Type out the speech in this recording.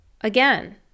again